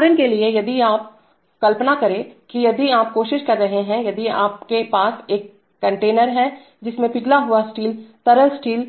उदाहरण के लिए यदि आप हैं तो कल्पना करें कि यदि आप कोशिश कर रहे हैंयदि आपके पास एक कंटेनर है जिसमें पिघला हुआ स्टील तरल स्टील